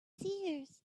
seers